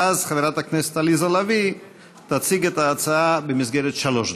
ואז חברת הכנסת עליזה לביא תציג את ההצעה במסגרת שלוש דקות.